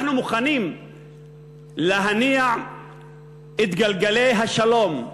אנחנו מוכנים להניע את גלגלי השלום,